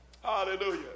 Hallelujah